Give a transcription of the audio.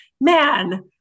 man